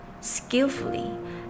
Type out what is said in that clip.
skillfully